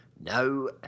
No